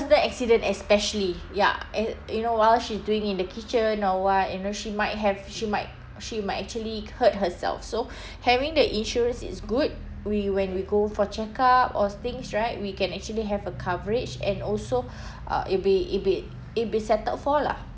personal accident especially ya and you know while she doing in the kitchen or what you know she might have she might she might actually hurt herself so having the insurance is good we when we go for checkup or things right we can actually have a coverage and also uh it'll be it'll be it'll be settled for lah